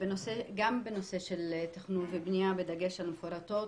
בנושא של תכנון ובנייה, בדגש על המפורטות